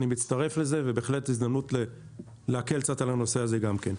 אני מצטרף לזה ובהחלט הזדמנות להקל קצת על הנושא הזה גם כן.